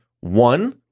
One